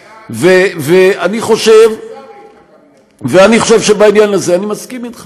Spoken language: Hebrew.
זה היה, ואני חושב שבעניין הזה אני מסכים איתך.